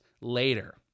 later